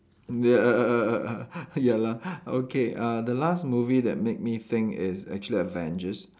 ya ya lah okay uh the last movie that made me think is actually Avengers